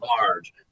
large